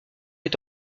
est